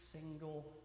single